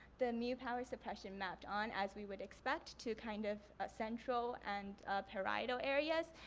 the mu power suppression mapped on as we would expect to kind of central and parietal areas,